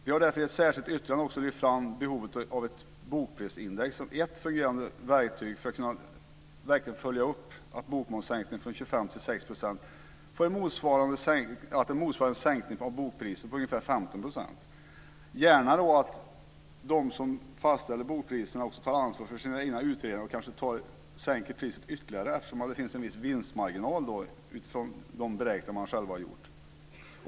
Vi har därför i ett särskilt yttrande också lyft fram behovet av ett bokprisindex som ett fungerande verktyg för att verkligen följa upp att bokmomssänkningen från 25 % till 6 % motsvarar en sänkning på 15 % för bokpriserna. De som fastställer bokpriserna får då gärna ta ansvar för sina egna utredningar och sänka priserna ytterligare eftersom det finns en viss vinstmarginal i de beräkningar de själva har gjort.